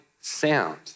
sound